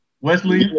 Wesley